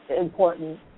important